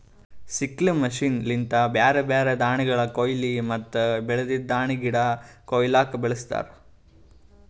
sickle machine ಲಿಂತ ಬ್ಯಾರೆ ಬ್ಯಾರೆ ದಾಣಿಗಳ ಕೋಯ್ಲಿ ಮತ್ತ ಬೆಳ್ದಿದ್ ದಾಣಿಗಿಡ ಕೊಯ್ಲುಕ್ ಬಳಸ್ತಾರ್